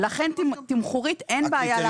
לן תמחורית אין בעיה להכניס את זה.